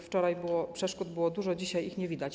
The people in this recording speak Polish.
Wczoraj przeszkód było dużo, dzisiaj ich nie widać.